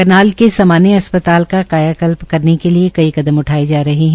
करनाल के सामान्य अस्पताल का कायाल्प करने के लिये कई कदम उठाये जा रहे है